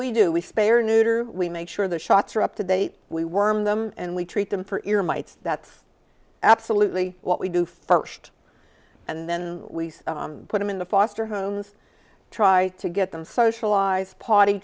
we do we spare neuter we make sure the shots are up to date we wormed them and we treat them for ear mites that's absolutely what we do first and then we put them in the foster homes try to get them socialized potty